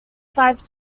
five